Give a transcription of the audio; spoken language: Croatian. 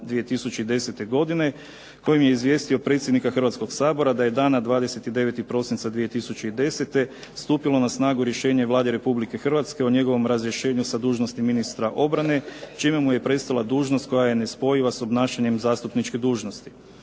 2010. godine, kojim je izvijestio predsjednika Hrvatskog sabora da je dana 29. prosinca 2010. stupilo na snagu rješenje Vlade Republike Hrvatske o njegovom razrješenju sa dužnosti predsjednika Vlade Republike Hrvatske i ministra financija, čime mu je prestala dužnost koja je nespojiva s obnašanjem zastupničke dužnosti.